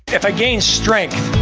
if i gain strength